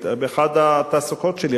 אחת התעסוקות שלי,